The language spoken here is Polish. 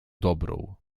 dobrą